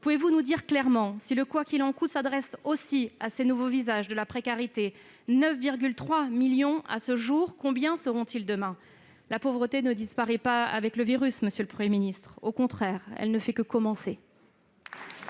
Pouvez-vous nous dire clairement si le « quoi qu'il en coûte » s'adresse aussi à ces nouveaux visages de la précarité ? Ils sont 9,3 millions à ce jour. Combien seront-ils demain ? La pauvreté ne disparaît pas avec le virus, monsieur le Premier ministre : au contraire, elle ne fait que commencer